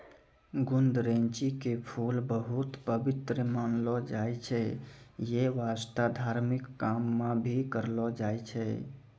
गुदरैंची के फूल बहुत पवित्र मानलो जाय छै यै वास्तं धार्मिक काम मॅ भी करलो जाय छै